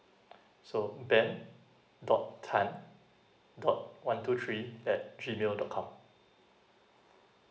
so ben dot tan dot one two three at G mail dot com